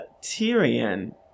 Tyrion